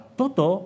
toto